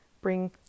bring